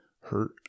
hurt